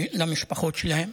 למשפחות שלהם.